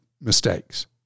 mistakes